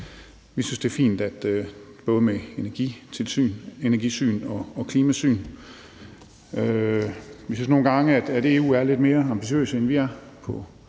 Vi synes, det er fint både med energisyn og klimasyn. Vi synes nogle gange, at EU er lidt mere ambitiøse, end vi er, på